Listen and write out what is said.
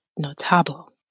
Notable